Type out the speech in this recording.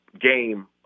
game